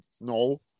No